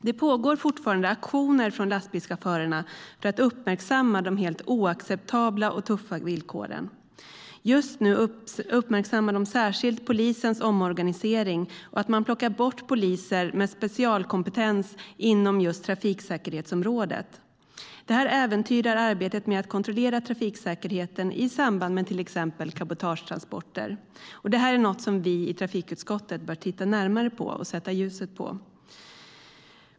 Det pågår fortfarande aktioner från lastbilschaufförerna för att uppmärksamma de helt oacceptabla och tuffa villkoren. Just nu uppmärksammar de särskilt polisens omorganisering och att poliser med specialkompetens inom trafiksäkerhetsområdet plockas bort. Det äventyrar arbetet med att kontrollera trafiksäkerheten i samband med till exempel cabotagetransporter. Det är något som vi i trafikutskottet bör titta närmare på och sätta ljuset på.